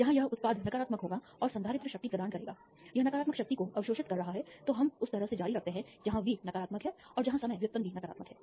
यहां यह उत्पाद नकारात्मक होगा और संधारित्र शक्ति प्रदान करेगा यह नकारात्मक शक्ति को अवशोषित कर रहा है तो हम उस तरह से जारी रखते हैं जहां वी नकारात्मक है और जहां समय व्युत्पन्न भी नकारात्मक है